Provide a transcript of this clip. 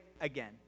again